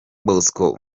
bosco